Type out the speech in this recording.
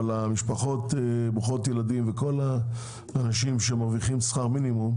אבל המשפחות ברוכות הילדים וכל האנשים שמרוויחים שכר מינימום,